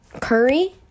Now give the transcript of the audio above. Curry